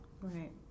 Right